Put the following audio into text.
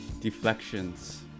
deflections